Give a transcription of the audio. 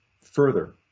Further